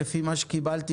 לפי מה שקיבלתי,